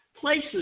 places